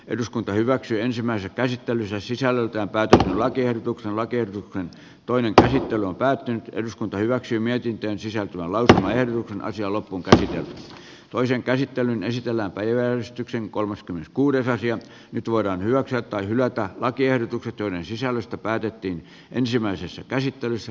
eduskunta hyväksyi ensimmäisen käsittelyssä sisällöltään päätät lakiehdotuksen lakiehdotuksen toinen käsittely on päättynyt eduskunta hyväksyi mietintöön sisältyvä vältelleet naisia lopun käsin toisen käsittelyn esitellään päiväystyksen kolmaskymmeneskuudes aki on nyt voidaan hyväksyä tai hylätä lakiehdotukset joiden sisällöstä päätettiin ensimmäisessä käsittelyssä